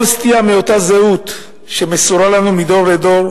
כל סטייה מאותה זהות, שמסורה לנו מדור לדור,